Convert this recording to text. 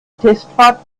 testfahrt